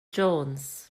jones